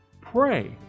Pray